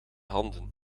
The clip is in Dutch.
handen